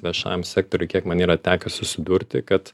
viešajam sektoriuj kiek man yra tekę susidurti kad